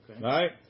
right